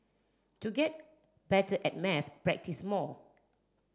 to get better at maths practise more